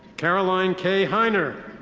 caroline k. heiner.